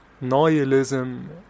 nihilism